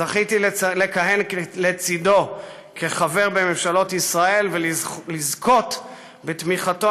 זכיתי לכהן לצדו כחבר בממשלות ישראל ולזכות בתמיכתו